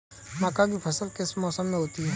मक्का की फसल किस मौसम में होती है?